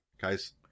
guys